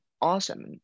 awesome